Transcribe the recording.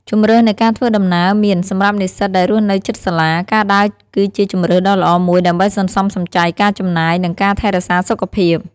ជម្រើសនៃការធ្វើដំណើរ មាន សម្រាប់និស្សិតដែលរស់នៅជិតសាលា ការដើរគឺជាជម្រើសដ៏ល្អមួយដើម្បីសន្សំសំចៃការចំណាយ និងការថែរក្សាសុខភាព។